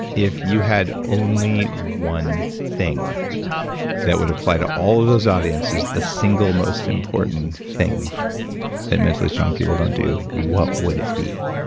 if you had only one thing that would apply to all of those audiences, the single most important thing that mentally strong people don't do what would it be?